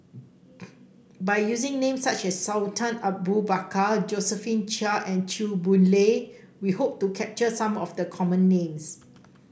by using names such as Sultan Abu Bakar Josephine Chia and Chew Boon Lay we hope to capture some of the common names